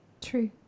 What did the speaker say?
True